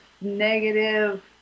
negative